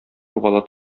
югала